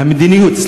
המדיניות,